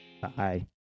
bye